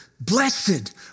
Blessed